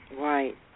Right